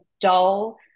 dull